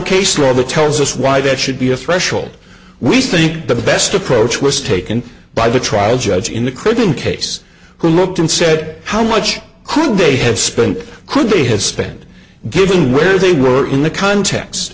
case law that tells us why that should be a threshold we think the best approach was taken by the trial judge in the cooking case who looked and said how much could they have spent could they have spent given where they were in the context